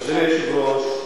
אדוני היושב-ראש,